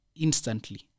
instantly